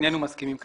ואיננו מסכימים כעת.